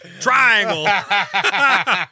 Triangle